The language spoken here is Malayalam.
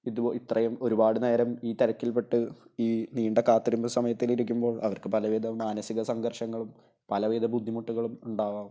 ഇത് ഇത്രയും ഒരുപാട് ഈ തിരക്കിൽ പെട്ട് ഈ നീണ്ട കാത്തിരിപ്പു സമയത്തിരിക്കുമ്പോൾ അവർക്ക് പല വിധ മാനസിക സംഘർഷങ്ങളും പലവിധബുദ്ധിമുട്ടുകളും ഉണ്ടാകാം